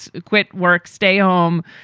so quit work stay home,